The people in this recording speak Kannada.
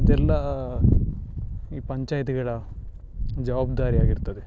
ಅದೆಲ್ಲ ಈ ಪಂಚಾಯತ್ಗಳ ಜವಾಬ್ದಾರಿ ಆಗಿರ್ತದೆ